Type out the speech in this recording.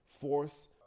force